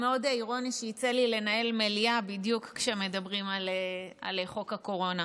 מאוד אירוני שיצא לי לנהל מליאה בדיוק כשמדברים על חוק הקורונה.